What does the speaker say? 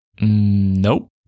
Nope